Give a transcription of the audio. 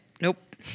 Nope